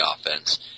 offense